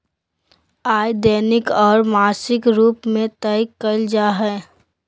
आय दैनिक और मासिक रूप में तय कइल जा हइ